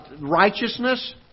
righteousness